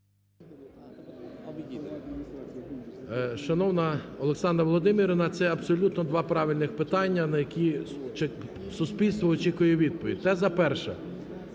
Шановна Олександра Володимирівна, це абсолютно два правильних питання, на які суспільство очікує відповідь. Теза перша.